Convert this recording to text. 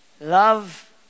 Love